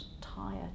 tired